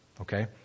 Okay